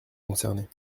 concernés